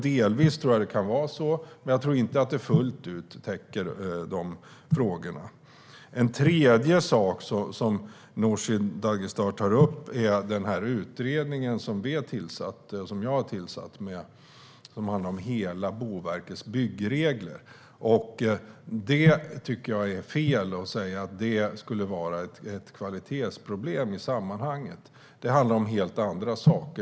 Delvis kan det vara så, men jag tror inte att det fullt ut täcker dessa frågor. Nooshi Dadgostar tar också upp den utredning som jag har tillsatt och som handlar om Boverkets byggregler. Det är fel att säga att det skulle vara ett kvalitetsproblem i sammanhanget. Det handlar om helt andra saker.